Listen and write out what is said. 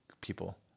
people